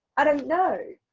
i don't know.